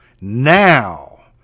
now